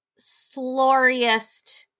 sloriest